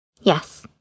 Yes